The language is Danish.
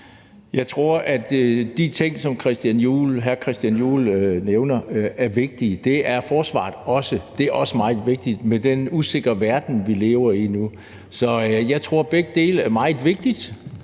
Jeg tror, at de ting, som hr. Christian Juhl nævner, er vigtige, men det er forsvaret også. Det er også meget vigtigt med den usikre verden, vi lever i nu. Så jeg tror, at begge dele er meget vigtige,